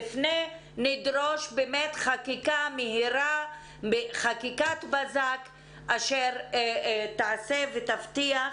נפנה ונדרוש חקיקת בזק אשר תעשה ותבטיח